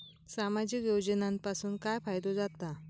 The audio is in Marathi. सामाजिक योजनांपासून काय फायदो जाता?